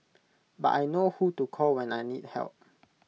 but I know who to call when I need help